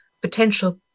potential